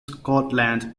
scotland